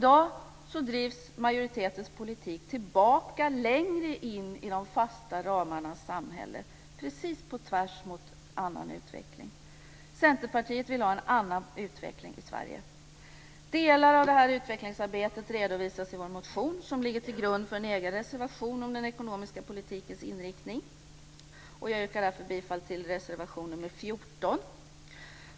I dag drivs majoritetens politik tillbaka, längre in i de fasta ramarnas samhälle, precis på tvärs mot annan utveckling. Centerpartiet vill ha en annan utveckling i Sverige. Delar av detta utvecklingsarbete redovisas i vår motion som ligger till grund för en egen reservation om den ekonomiska politikens inriktning. Jag yrkar bifall till reservation nr 14.